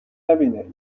نبینه